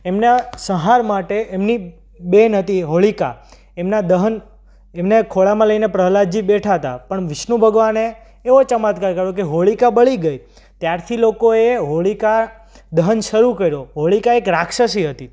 એમના સંહાર માટે એમની બહેન હતી હોળીકા એમના દહન એમને ખોળામાં લઈને પ્રહ્લાદજી બેઠા હતા પણ વિષ્ણુ ભગવાને એવો ચમત્કાર કર્યો કે હોળીકા બળી ગઈ ત્યારથી લોકોએ હોળીકા દહન શરૂ કર્યો હોળીકા એક રાક્ષસી હતી